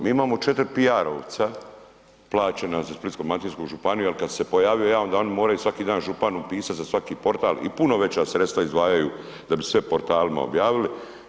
MI imamo 4 PR-ovca plaćena za Splitsko-dalmatinsku županiju jer kada sam se pojavio ja onda oni moraju svaki dan županu pisati za svaki portal i puno veća sredstva izdvajaju da bi sve portalima objavili.